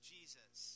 Jesus